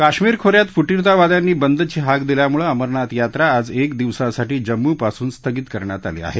काश्मीर खो यात फुटीरतावाद्यांनी बंदची हाक दिल्यामुळ अमरनाथ यात्रा आज एका दिवसासाठी जम्मू पासून स्थगित करण्यात आली आह